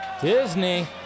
Disney